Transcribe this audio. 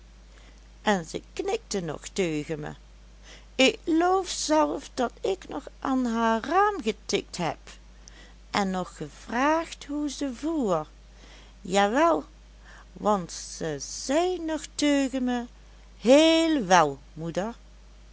en ze knikte nog teugen me ik loof zelf dat ik nog an haar raam getikt heb en nog gevraagd hoe ze voer ja wel want ze zei nog teugen me heel wel moeder